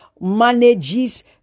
manages